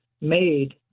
made